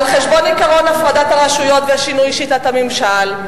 על חשבון עקרון הפרדת הרשויות ושינוי שיטת הממשל,